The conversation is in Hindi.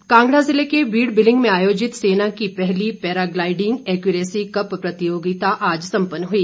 पैराग्लाइडिंग कांगड़ा जिले के बीड़ बिलिंग में आयोजित सेना की पहली पैरा ग्लाइडिंग एक्यूरेसी कप प्रतियोगिता आज संपन्न हुई